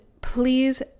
please